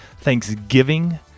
Thanksgiving